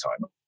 time